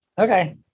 Okay